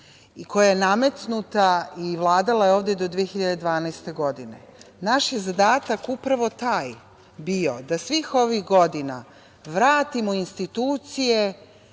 i koja je nametnuta i vladala je ovde do 2012. godine. Naš je zadatak upravo taj bio da svih ovih godina vratimo institucije